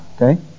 Okay